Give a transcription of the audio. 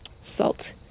salt